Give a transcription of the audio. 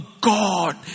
God